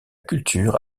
culture